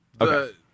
Okay